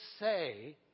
say